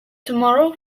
tomorrow